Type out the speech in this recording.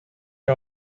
had